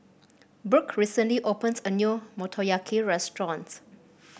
Brooke recently opens a new Motoyaki Restaurant